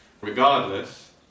Regardless